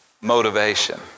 motivation